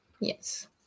Yes